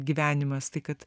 gyvenimas tai kad